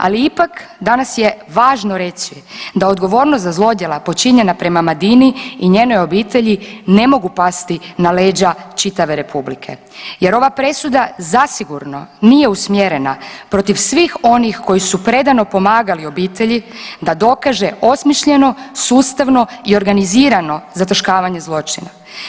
Ali ipak danas je važno reći da odgovornost za zlodjela počinjena prema Madini i njenoj obitelji ne mogu pasti na leđa čitave Republike, jer ova presuda zasigurno nije usmjerena protiv svih onih koji su predano pomagali obitelji da dokaže osmišljeno, sustavno i organizirano zataškavanje zločina.